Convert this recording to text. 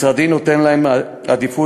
משרדי נותן להם עדיפות,